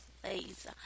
place